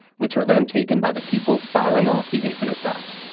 which are then taken by the people filing off the infinite bus.